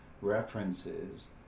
references